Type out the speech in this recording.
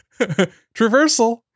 Traversal